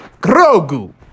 Grogu